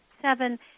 seven